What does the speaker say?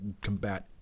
combat